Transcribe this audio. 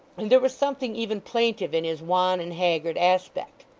and there was something even plaintive in his wan and haggard aspect.